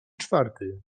czwarty